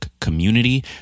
community